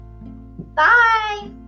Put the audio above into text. bye